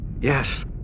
Yes